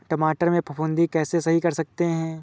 टमाटर से फफूंदी कैसे सही कर सकते हैं?